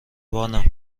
بانم